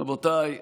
רבותיי,